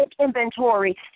inventory